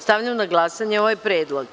Stavljam na glasanje ovaj predlog.